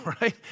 right